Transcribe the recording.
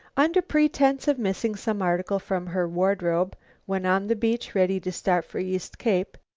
under pretense of missing some article from her wardrobe when on the beach ready to start for east cape,